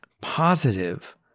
Positive